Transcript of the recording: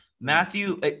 Matthew